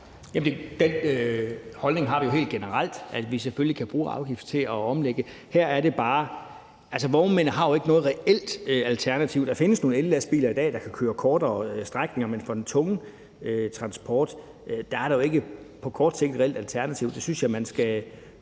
den holdning, at vi selvfølgelig kan bruge afgifter til at omlægge. Her er det bare, at vognmænd jo ikke har noget reelt alternativ. Der findes nogle ellastbiler i dag, der kan køre kortere strækninger, men for den tunge transport er der jo ikke på kort sigt et reelt alternativ. Det synes jeg man skal